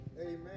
Amen